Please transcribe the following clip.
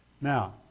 now